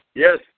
Yes